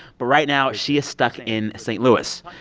but right now she is stuck in st. louis.